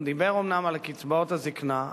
הוא דיבר אומנם על קצבאות הזיקנה,